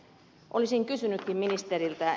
olisin kysynytkin ministeriltä